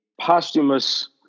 posthumous